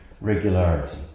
regularity